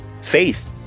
faith